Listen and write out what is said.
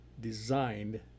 designed